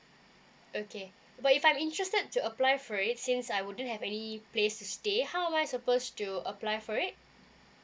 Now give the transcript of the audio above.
okay but if I'm interested to apply for it since I wouldn't have any place to stay how am I supposed to apply for it